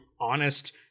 honest